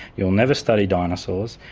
you'll never study dinosaurs.